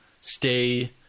stay